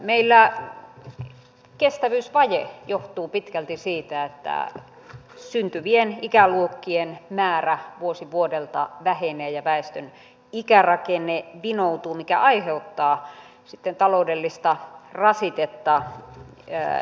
meillä kestävyysvaje johtuu pitkälti siitä että syntyvien ikäluokkien määrä vuosi vuodelta vähenee ja väestön ikärakenne vinoutuu mikä sitten aiheuttaa taloudellista rasitetta yhä enemmän